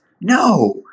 No